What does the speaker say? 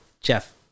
Jeff